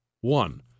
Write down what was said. One